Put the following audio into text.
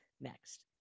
next